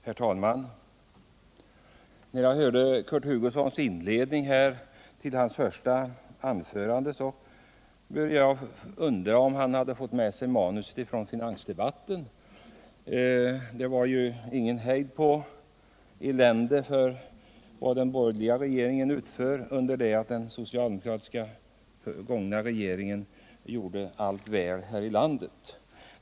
Herr talman! När jag hörde inledningen till Kurt Hugossons första anförande började jag undra om han fått med sig manuset från finansdebatten. Det var ingen hejd på elände i det den borgerliga regeringen utför, under det att den socialdemokratiska gångna regeringen gjorde allt väl här i landet.